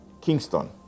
Kingston